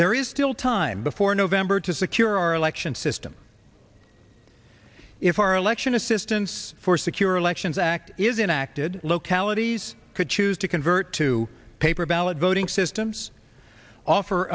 there is still time before november to secure our election system if our election assistance for secure lections act is enacted localities could choose to convert to paper ballot voting systems offer